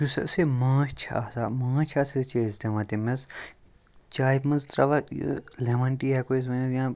یُس اَسہِ یہِ ماچھ چھِ آسان ماچھ ہَسا چھِ أسۍ دِوان تٔمِس چایہِ منٛز ترٛاوان یہِ لیمَن ٹی ہٮ۪کو أسۍ ؤنِتھ یا